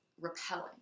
repelling